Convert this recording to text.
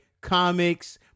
comics